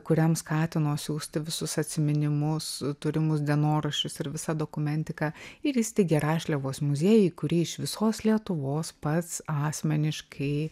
kuriam skatino siųsti visus atsiminimus turimus dienoraščius ir visą dokumentiką ir įsteigė rašliavos muziejų į kurį iš visos lietuvos pats asmeniškai